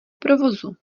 provozu